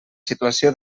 situació